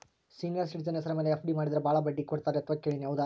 Senior citizen ಹೆಸರ ಮೇಲೆ FD ಮಾಡಿದರೆ ಬಹಳ ಬಡ್ಡಿ ಕೊಡ್ತಾರೆ ಅಂತಾ ಕೇಳಿನಿ ಹೌದಾ?